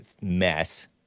mess